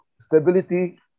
stability